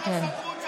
ואין לך סמכות,